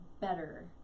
better